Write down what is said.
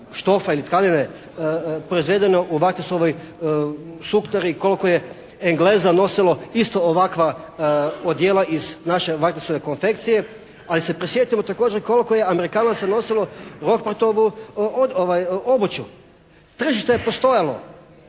štofa ili tkanine proizvedeno u Varteksovoj suknari i koliko je Engleza nosilo isto ovakva odijela iz naše Varteksove konfekcije. Ali se prisjetimo također koliko je Amerikanaca nosilo … /Govornik se ne razumije./ … obuću. Tržište je postojalo,